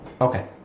Okay